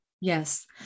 Yes